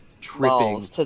tripping